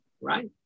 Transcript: right